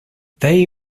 they